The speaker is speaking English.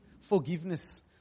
forgiveness